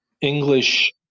English